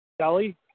Kelly